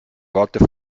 volte